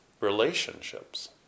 relationships